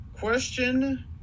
Question